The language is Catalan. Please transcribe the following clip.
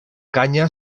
canya